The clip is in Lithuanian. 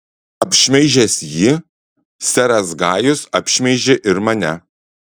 apšmeižęs jį seras gajus apšmeižė ir mane